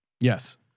Yes